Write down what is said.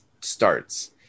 starts